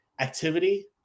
activity